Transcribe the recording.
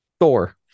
Thor